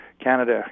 Canada